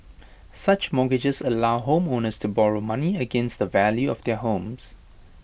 such mortgages allow homeowners to borrow money against the value of their homes